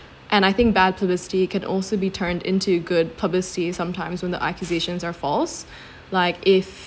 and I think bad publicity can also be turned into good publicity sometimes when the accusations are false like if